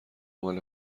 مال